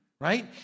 right